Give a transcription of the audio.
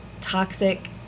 toxic